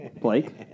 Blake